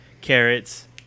carrots